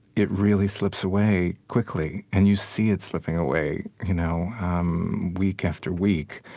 it really slips away quickly. and you see it slipping away you know um week after week.